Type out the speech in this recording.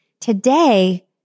Today